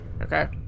Okay